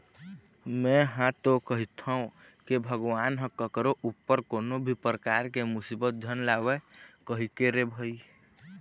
में हा तो कहिथव के भगवान ह कखरो ऊपर कोनो भी परकार के मुसीबत झन लावय कहिके रे भई